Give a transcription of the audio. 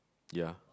ya